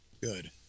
Good